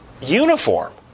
uniform